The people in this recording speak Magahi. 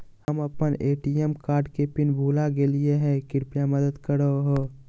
हम अप्पन ए.टी.एम कार्ड के पिन भुला गेलिओ हे कृपया मदद कर हो